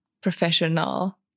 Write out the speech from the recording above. professional